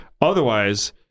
Otherwise